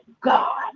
God